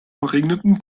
verregneten